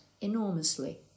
enormously